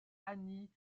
annie